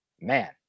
man